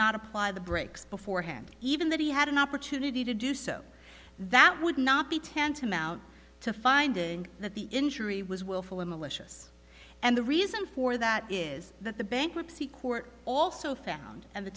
not apply the brakes beforehand even that he had an opportunity to do so that would not be tantamount to finding that the injury was willful and malicious and the reason for that is that the bankruptcy court also found that the